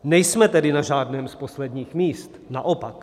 Nejsme tedy na žádném z posledních míst, naopak.